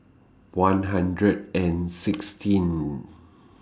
one hundred and sixteen